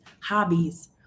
hobbies